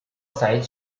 سعید